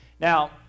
Now